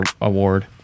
award